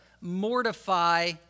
mortify